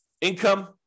Income